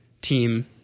team